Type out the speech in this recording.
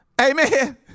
Amen